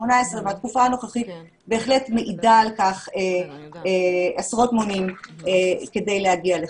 והתקופה הנוכחית בהחלט מעידה על כך עשרות מונים כדי להגיע לכך.